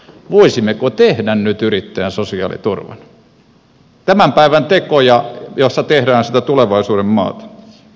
voisimmeko tehdä nyt yrittäjän sosiaaliturvan tämän päivän tekoja joissa tehdään sitä tulevaisuuden maata